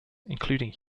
including